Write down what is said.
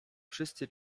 wszyscy